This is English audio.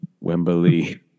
Wembley